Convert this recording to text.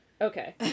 Okay